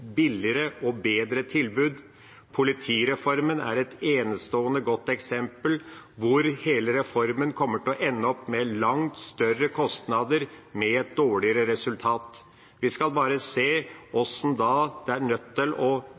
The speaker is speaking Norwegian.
billigere og bedre tilbud. Politireformen er et enestående godt eksempel, og hele reformen kommer til å ende opp med langt større kostnader og et dårligere resultat. Vi skal bare se hvordan vi er